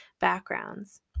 backgrounds